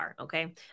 Okay